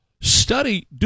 study